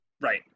Right